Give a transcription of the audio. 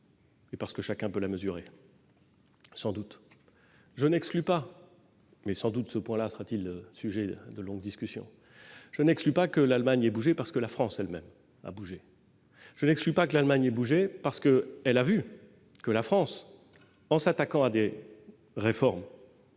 est là et que chacun peut la mesurer. Je n'exclus pas, mais sans doute ce point-là sera-t-il sujet de longues discussions, que l'Allemagne ait bougé parce que la France elle-même a bougé. Je n'exclus pas que l'Allemagne ait bougé parce qu'elle a vu que la France, en s'attaquant à des réformes